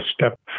step